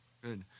Good